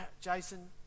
Jason